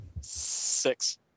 six